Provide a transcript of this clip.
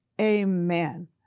Amen